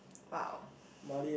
!wow!